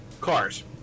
cars